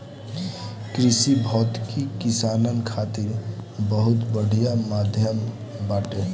कृषि भौतिकी किसानन खातिर बहुत बढ़िया माध्यम बाटे